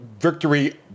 victory